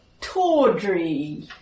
tawdry